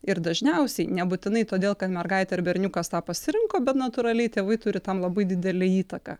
ir dažniausiai nebūtinai todėl kad mergaitė ar berniukas tą pasirinko bet natūraliai tėvai turi tam labai didelę įtaką